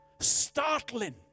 startling